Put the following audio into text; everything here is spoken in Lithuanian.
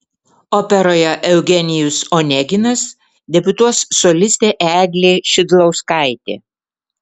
operoje eugenijus oneginas debiutuos solistė eglė šidlauskaitė